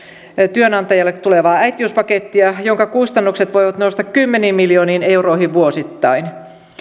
työnantajalle tulevaa kahdentuhannenviidensadan euron äitiyspakettia jonka kustannukset voivat nousta kymmeniin miljooniin euroihin vuosittain